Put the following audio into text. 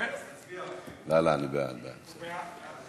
לא לא, אני בעד, בעד.